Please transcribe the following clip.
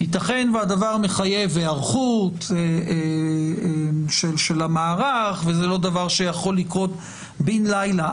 יתכן והדבר מחייב היערכות של המערך וזה לא דבר שיכול לקרות בן לילה.